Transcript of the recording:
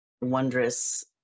wondrous